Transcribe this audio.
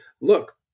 Look